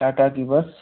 टाटा की बस